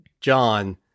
John